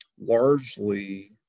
largely